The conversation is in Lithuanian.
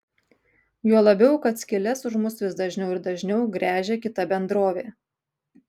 juo labiau kad skyles už mus vis dažniau ir dažniau gręžia kita bendrovė